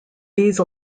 these